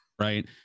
Right